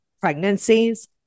pregnancies